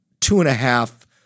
two-and-a-half